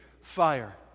fire